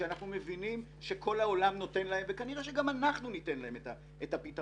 שאנחנו מבינים שכל העולם נותן להם וכנראה שגם אנחנו ניתן להם את הפתרון.